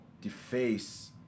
deface